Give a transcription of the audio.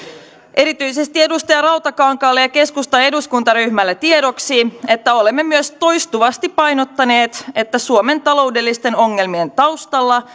erityisesti edustaja rantakankaalle ja keskustan eduskuntaryhmälle tiedoksi että olemme myös toistuvasti painottaneet että suomen taloudellisten ongelmien taustalla